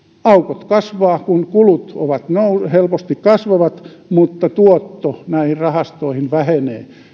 aukot kasvavat kulut helposti kasvavat mutta tuotto näihin rahastoihin vähenee